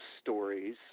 stories